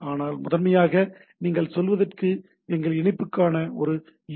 ஆனால் முதன்மையாக நீங்கள் சொல்வதற்கு எங்களுக்கு இணைப்புக்கான ஒரு யு